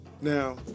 Now